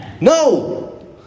No